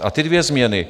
A ty dvě změny.